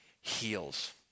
heals